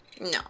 No